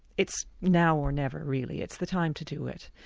it's now or never really, it's the time to do it.